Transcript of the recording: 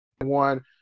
one